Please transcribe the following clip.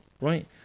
right